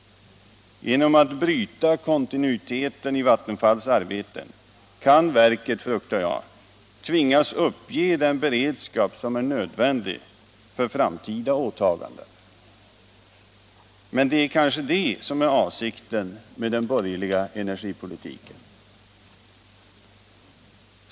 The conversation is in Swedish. Genom att kontinuiteten i Vattenfalls arbete bryts kan verket, fruktar jag, tvingas uppge den beredskap som är nödvändig för framtida åtaganden. Men det är kanske det som är avsikten med den borgerliga energipolitiken.